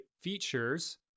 features